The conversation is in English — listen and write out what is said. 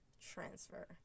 transfer